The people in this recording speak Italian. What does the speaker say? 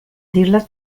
dirla